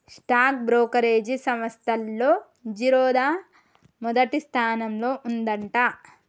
stock brokerage సంస్తల్లో జిరోదా మొదటి స్థానంలో ఉందంట